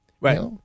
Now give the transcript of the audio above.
Right